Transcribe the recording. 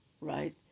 right